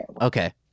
Okay